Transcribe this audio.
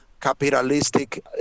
capitalistic